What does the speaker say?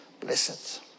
blessed